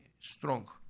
strong